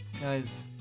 Guys